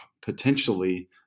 potentially